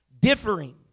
differing